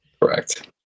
Correct